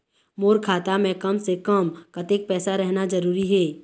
मोर खाता मे कम से से कम कतेक पैसा रहना जरूरी हे?